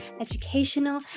educational